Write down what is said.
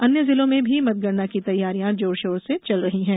अन्य जिलों में भी मतगणना की तैयारियां जोरशोर से चल रही है